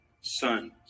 sons